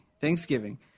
thanksgiving